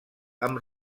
amb